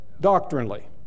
doctrinally